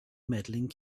medaling